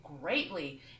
greatly